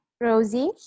Rosie